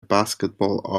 basketball